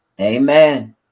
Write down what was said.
Amen